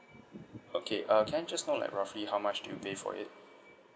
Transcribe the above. okay uh can I just know like roughly how much do you pay for it